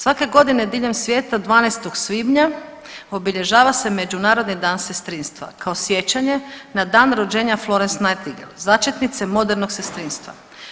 Svake godine diljem svijeta 12. svibnja obilježava se Međunarodni dan sestrinstva kao sjećanje na dan rođenja Florence Nightingale začetnice modernog sestrinstva.